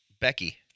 Becky